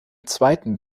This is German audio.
zweiten